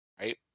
Right